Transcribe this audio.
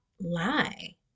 lie